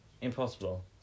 impossible